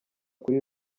kuri